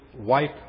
wipe